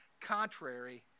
contrary